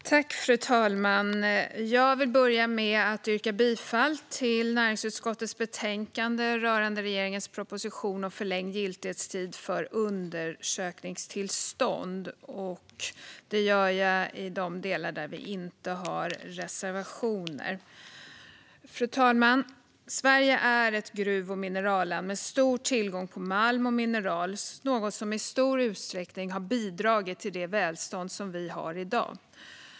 Förlängd giltighetstid för undersöknings-tillstånd Fru talman! Jag vill börja med att yrka bifall till förslaget i näringsutskottets betänkande rörande regeringens proposition om förlängd giltighetstid för undersökningstillstånd. Det gör jag i de delar där vi inte har reservationer. Fru talman! Sverige är ett gruv och mineralland med stor tillgång på malm och mineral, något som i stor utsträckning har bidragit till det välstånd vi har i dag.